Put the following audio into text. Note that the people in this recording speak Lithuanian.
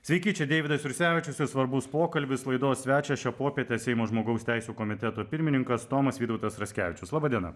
sveiki čia deividas jursevičius ir svarbus pokalbis laidos svečias šią popietę seimo žmogaus teisių komiteto pirmininkas tomas vytautas raskevičius laba diena